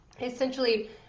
Essentially